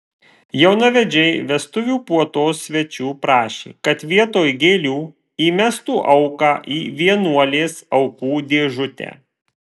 jaunavedžiai vestuvių puotos svečių prašė kad vietoj gėlių įmestų auką į vienuolės aukų dėžutę